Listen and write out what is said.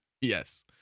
yes